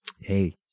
Hey